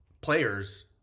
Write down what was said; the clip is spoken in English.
players